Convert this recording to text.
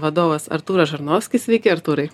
vadovas artūras žarnovskis sveiki artūrai